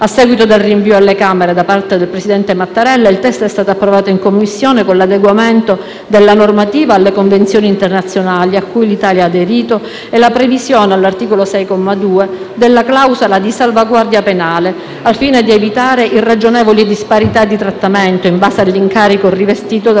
A seguito del rinvio alle Camere da parte del presidente Mattarella, il testo è stato approvato in Commissione con l'adeguamento della normativa alle convenzioni internazionali a cui l'Italia ha aderito e la previsione, all'articolo 6, comma 2, della clausola di salvaguardia penale, al fine di evitare irragionevoli disparità di trattamento in base all'incarico rivestito dal